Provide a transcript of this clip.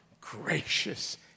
gracious